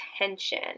attention